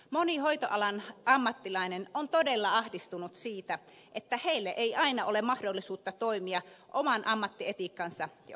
moni hoitoalan ammattilainen on todella ahdistunut siitä että heillä ei aina ole mahdollisuutta toimia oman ammattietiikkansa ja osaamisensa mukaan